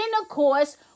intercourse